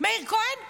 מאיר כהן אשם,